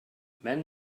men